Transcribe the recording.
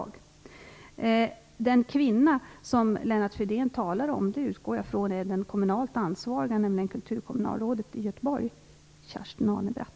Jag utgår från att den kvinna som Lennart Fridén talar om är den kommunalt ansvariga, nämligen kulturkommunalrådet i Göteborg, Kerstin Alnebratt.